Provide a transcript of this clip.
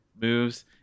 moves